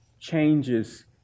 changes